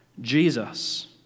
Jesus